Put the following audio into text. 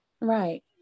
Right